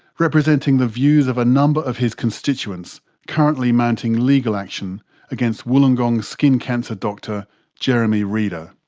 representing the views of a number of his constituents currently mounting legal action against wollongong skin cancer doctor jeremy reader.